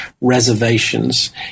reservations